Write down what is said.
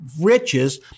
riches